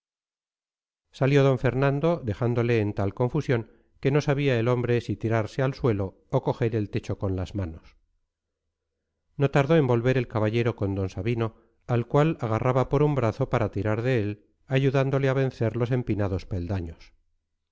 salió d fernando dejándole en tal confusión que no sabía el hombre si tirarse al suelo o coger el techo con las manos no tardó en volver el caballero con d sabino al cual agarraba por un brazo para tirar de él ayudándole a vencer los empinados peldaños